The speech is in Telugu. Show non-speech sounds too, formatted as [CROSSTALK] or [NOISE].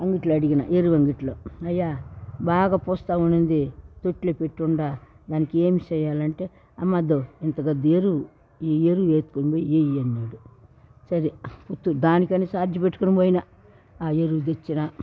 అంగట్లో అడిగిన ఎరువంగిట్లో అయ్యా బాగా పూస్తా ఉనింది తొట్లో పెట్టుండా దానికి ఏం చేయాలంటే అమ్మదో ఇంత [UNINTELLIGIBLE] ఎరువు ఈ ఎరువు ఎత్తుకొని పోయి వెయ్ అన్నాడు దానికని ఛార్జ్ పెట్టుకొని పోయిన ఆ ఎరువులు తెచ్చిన